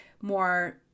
more